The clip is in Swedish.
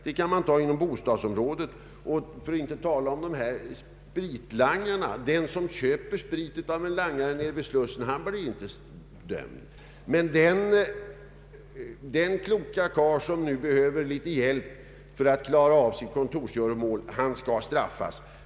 Jag kan som exempel nämna bostadsområdet, för att inte tala om spritlangare. Den som köper sprit av en langare nere vid Slussen blir inte dömd, men den kloka karl som behöver litet hjälp för att klara av sina kontorsgöromål skall straffas.